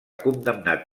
condemnat